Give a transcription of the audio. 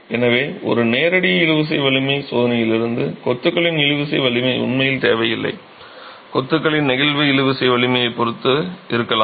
எனவே ஒரு நேரடி இழுவிசை வலிமை சோதனையிலிருந்து கொத்துகளின் இழுவிசை வலிமை உண்மையில் தேவையில்லை கொத்துகளின் நெகிழ்வு இழுவிசை வலிமையைப் பொறுத்து இருக்கலாம்